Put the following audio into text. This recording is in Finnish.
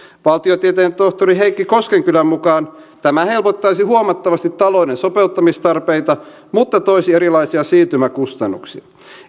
valtiotieteen tohtori heikki koskenkylän mukaan tämä helpottaisi huomattavasti talouden sopeuttamistarpeita mutta toisi erilaisia siirtymäkustannuksia